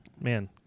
Man